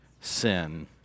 sin